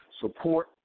support